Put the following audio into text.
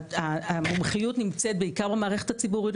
המומחיות נמצאת בעיקר במערכת הציבורית,